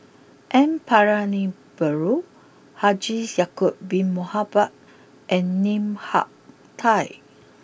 N Palanivelu Haji Ya'acob Bin Mohamed and Lim Hak Tai